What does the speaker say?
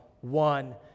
one